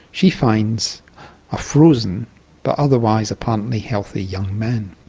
she finds a frozen but otherwise apparently healthy young man.